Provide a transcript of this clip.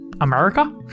America